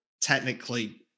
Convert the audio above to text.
Technically